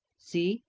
see,